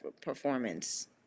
performance